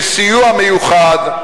של סיוע מיוחד,